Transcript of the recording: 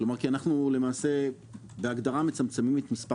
אנחנו למעשה בהגדרה מצמצמים את מספר